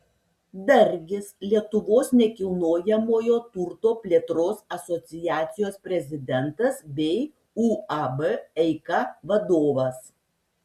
dargis lietuvos nekilnojamojo turto plėtros asociacijos prezidentas bei uab eika vadovas